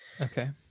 okay